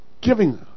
giving